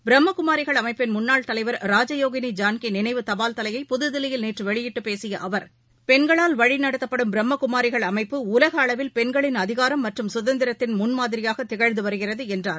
பிரம்மகுமாிகள் அமைப்பின் முன்னாள் தலைவர் ராஜயோகினி ஜான்கி நினைவு தபால்தலையை புதுதில்லியில் நேற்று வெளியிட்டு பேசிய அவர் பெண்களால் வழிநடத்தப்படும் பிரம்ம குமாரிகள் அமைப்பு உலக அளவில் பெண்களின் அதிகாரம் மற்றும் சுதந்தரத்தின் முன்மாதிரியாக திகழ்ந்து வருகிறது என்றார்